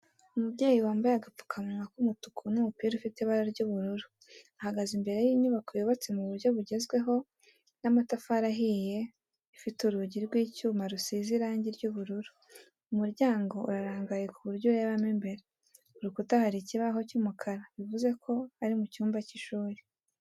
Umubyeyi wambaye agapfukamunwa k'umutuku n'umupira ufite ibara ry'ubururu ahagaze imbere y'inyubako yubatse mu buryo bugezweho n'amatafari ahiye ifite urugi rw'icyuma rusize irangi ry'ubururu, umuryango urarangaye ku buryo urebamo imbere, ku rukuta hari ikibaho cy'umukara bivuze ko ari mu cyumba cy'ishuri.